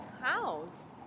house